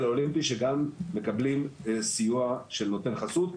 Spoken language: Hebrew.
האולימפי שגם מקבלים סיוע של נותן חסות,